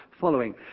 following